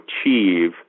achieve